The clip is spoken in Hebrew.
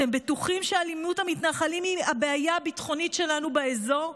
אתם בטוחים שאלימות המתנחלים היא הבעיה הביטחונית שלנו באזור?